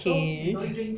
kay